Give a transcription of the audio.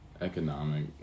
economic